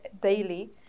daily